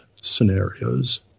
scenarios